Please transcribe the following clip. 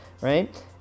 right